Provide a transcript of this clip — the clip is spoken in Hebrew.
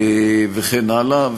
וכן הלאה.